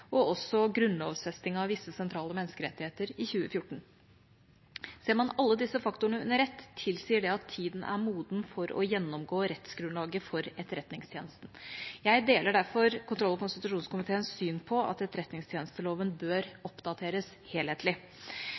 og også etter grunnlovfestingen av visse sentrale menneskerettigheter i 2014. Ser man alle disse faktorene under ett, tilsier det at tiden er moden for å gjennomgå rettsgrunnlaget for Etterretningstjenesten. Jeg deler derfor kontroll- og konstitusjonskomiteens syn på at etterretningstjenesteloven bør oppdateres helhetlig.